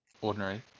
ordinary